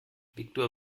viktor